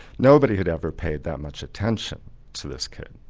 nobody had ever paid that much attention to this kid.